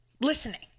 listening